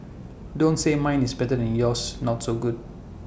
don't say mine is better than yours not so good